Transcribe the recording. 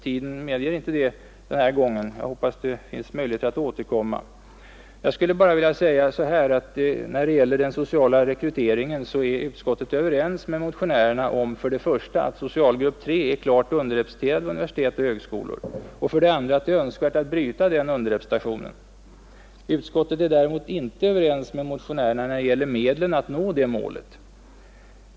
Tiden medger dock inte detta den här gången, och jag hopppas att det finns möjlighet att återkomma. När det gäller den sociala rekryteringen är utskottet överens med motionärerna om för det första att socialgrupp 3 är klart underrepresenterad vid universitet och högskolor och för det andra att det är önskvärt att bryta denna underrepresentation. Utskottet är däremot inte överens med motionärerna när det gäller medlen att nå detta mål.